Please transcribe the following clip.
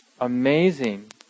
amazing